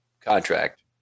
contract